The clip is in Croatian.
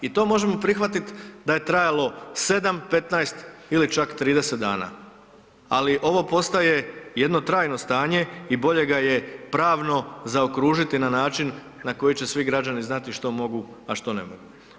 I to možemo prihvatit da je trajalo 7, 15 ili čak 30 dana, ali ovo postaje jedno trajno stanje i bolje ga je pravno zaokružiti na način na koji će svi građani znati što mogu, a što ne mogu.